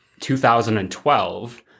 2012